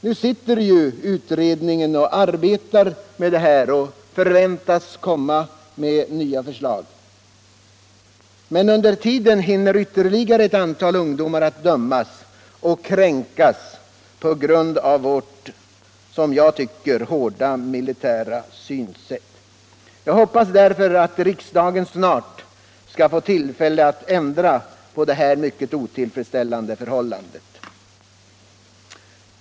Nu sitter ju en utredning och arbetar med saken och förväntas komma med nya förslag. Men under tiden hinner ytterligare ett antal ungdomar dömas och kränkas på grund av vårt, som jag tycker, hårda militära synsätt Jag hoppas därför att riksdagen snart skall få tillfälle att ändra på det här mycket otillfredsställande förhållandet.